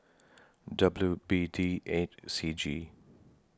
W B D eight C G